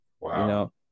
Wow